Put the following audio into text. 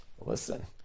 listen